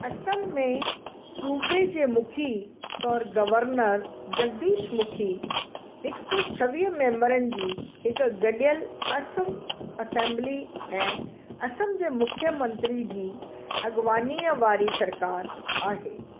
असम में सूबे जे मुखी तौर गवर्नर जगदीश मुखी हिकु सौ छवीह मेंबरनि जी हिक गॾियल असम असेम्बली ऐं असम जे मुख्यमंत्री जी अगवानीअ वारी सरकार आहे